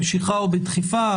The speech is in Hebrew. במשיכה או בדחיפה,